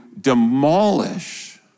demolish